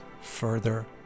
further